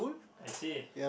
I see